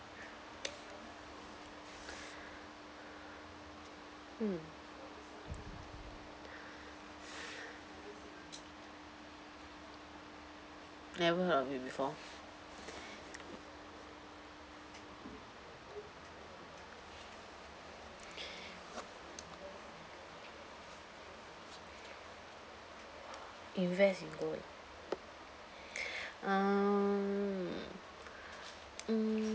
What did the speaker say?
mm never heard of it before invest in gold um mm